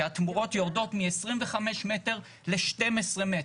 שהתמורות יורדות מ-25 מטר ל-12 מטר.